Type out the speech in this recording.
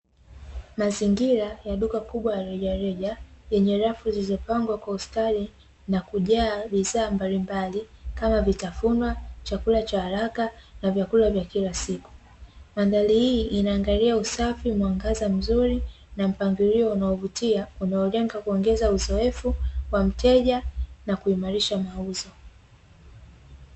Mazingira ya duka kubwa la rejareja lenye rafu zilizopangwa kwa ustadi na kujaa bidhaa mbalimbali kama: vitafunwa, chakula cha haraka, na vyakula vya kila siku. Mandhari hii inaangalia usafi, mwangaza mzuri, na mpangilio unaovutia; unaolenga kuongeza uzoefu kwa mteja, na kuimarisha mauzo.